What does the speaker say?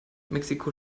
mexiko